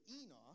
Enoch